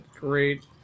great